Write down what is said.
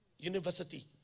University